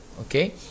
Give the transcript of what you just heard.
Okay